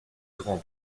grand